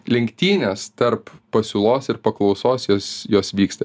lenktynės tarp pasiūlos ir paklausos jos jos vyksta